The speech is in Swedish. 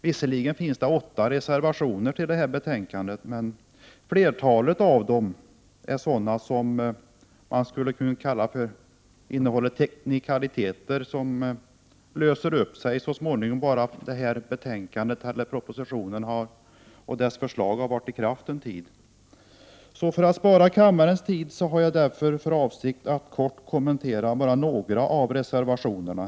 Visserligen har 8 reservationer fogats vid betänkandet, men i flertalet av dem behandlas teknikaliteter, där problemen kommer att lösas bara det nya systemet fått vara i kraft en tid. Jag skall för att spara kammarens tid därför bara kort kommentera några av reservationerna.